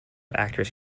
actress